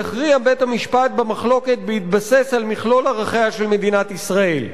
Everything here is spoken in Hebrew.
יכריע בית-המשפט במחלוקת בהתבסס על מכלול ערכיה של מדינת ישראל.